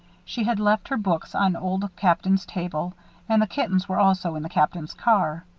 she had left her books on old captain's table and the kittens were also in the captain's car.